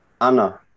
Anna